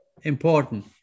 important